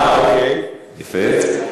יפה.